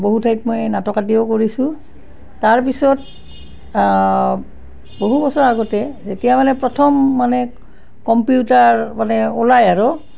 বহু ঠাইত মই নাটক আদিও কৰিছোঁ তাৰপিছত বহু বছৰ আগতে যেতিয়া মানে প্ৰথম মানে কম্পিউটাৰ মানে ওলায় আৰু